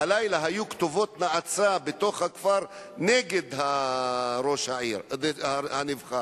הלילה היו כתובות נאצה בתוך הכפר נגד ראש העיר הנבחר.